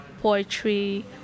poetry